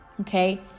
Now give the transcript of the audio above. Okay